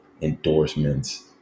endorsements